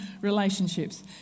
relationships